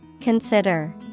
Consider